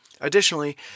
Additionally